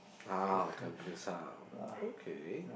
ah tampines Hub okay